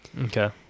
Okay